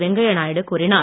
வெங்கைய நாயுடு கூறினார்